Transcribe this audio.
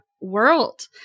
world